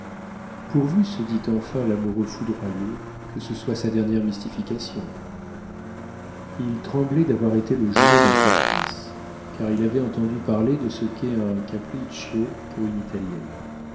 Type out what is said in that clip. pourvu se dit enfin l'amoureux foudroyé que ce soit sa dernière mystification il tremblait d'avoir été le jouet d'un caprice car il avait entendu parler de ce qu'est un capriccio pour une italienne